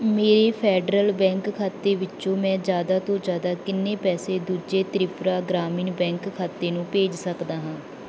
ਮੇਰੇ Federal Bank ਖਾਤੇ ਵਿੱਚੋ ਮੈਂ ਜ਼ਿਆਦਾ ਤੋਂ ਜ਼ਿਆਦਾ ਕਿੰਨੇ ਪੈਸੇ ਦੂਜੇ ਤ੍ਰਿਪੁਰਾ ਗ੍ਰਾਮੀਣ ਬੈਂਕ ਖਾਤੇ ਨੂੰ ਭੇਜ ਸਕਦਾ ਹਾਂ